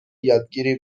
یادگیری